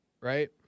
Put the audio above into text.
right